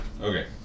Okay